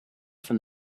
from